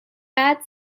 بعد